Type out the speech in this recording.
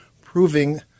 proving